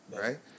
Right